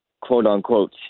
quote-unquote